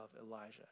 Elijah